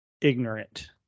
ignorant